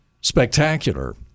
spectacular